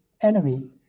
enemy